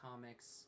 comics